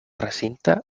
recinte